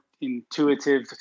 intuitive